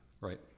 right